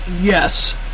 Yes